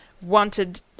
wanted